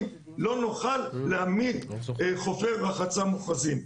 לא נוכל להעמיד חופי רחצה מוכרזים.